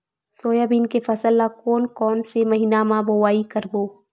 Soybean के फसल ल कोन कौन से महीना म बोआई करबो?